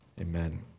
Amen